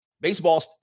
Baseball